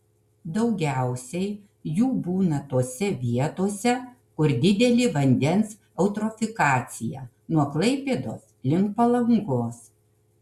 daugiausiai jų būna tose vietose kur didelė vandens eutrofikacija nuo klaipėdos link palangos